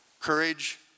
courage